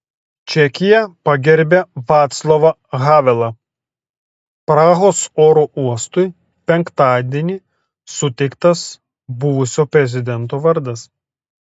čekija pagerbia vaclavą havelą prahos oro uostui penktadienį suteiktas buvusio prezidento vardas